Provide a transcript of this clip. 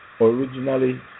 originally